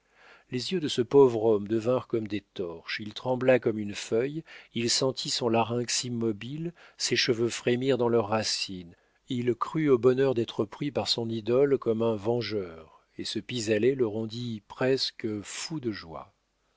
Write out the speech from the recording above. les yeux de ce pauvre homme devinrent comme des torches il trembla comme une feuille il sentit son larynx immobile ses cheveux frémirent dans leurs racines il crut au bonheur d'être pris par son idole comme un vengeur et ce pis-aller le rendit presque fou de joie